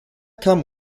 kamen